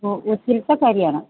നൂറ്റി